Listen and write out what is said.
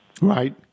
Right